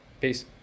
Peace